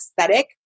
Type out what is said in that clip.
aesthetic